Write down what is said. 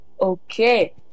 Okay